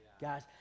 Guys